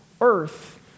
earth